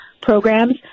programs